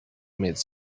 meet